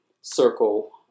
circle